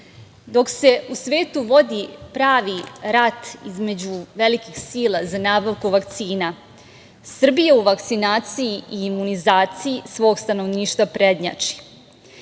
se u svetu vodi pravi rat između velikih sila za nabavku vakcina, Srbija u vakcinaciji i imunizaciji svog stanovništva prednjači.